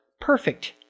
perfect